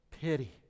pity